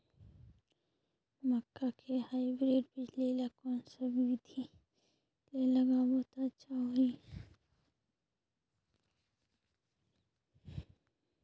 मक्का के हाईब्रिड बिजली ल कोन सा बिधी ले लगाबो त अच्छा होहि?